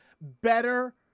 better